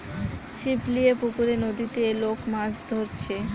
ছিপ লিয়ে পুকুরে, নদীতে লোক মাছ ধরছে